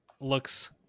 looks